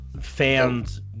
fans